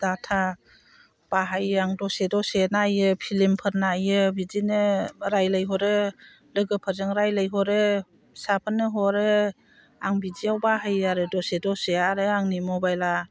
data बाहायो आं दसे दसे नायो फ्लिमफोर नायो बिदिनो रायज्लाय हरो लोगोफोरजों रायज्लायहरो फिसाफोरनो हरो आं बिदियाव बाहायो आरो दसे दसे आरो आंनि मबाइला